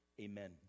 Amen